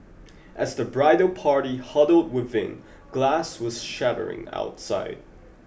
as the bridal party huddled within glass was shattering outside